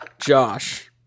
Josh